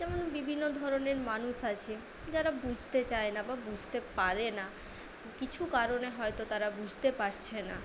যেমন বিভিন্ন ধরনের মানুষ আছে যারা বুঝতে চায় না বা বুঝতে পারে না কিছু কারণে হয়তো তারা বুঝতে পারছে না